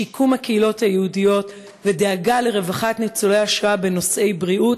שיקום הקהילות היהודיות ודאגה לרווחת ניצולי השואה בנושאי בריאות,